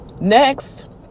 next